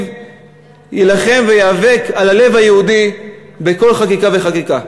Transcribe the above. יילחם ויאבק על הלב היהודי בכל חקיקה וחקיקה.